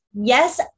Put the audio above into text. Yes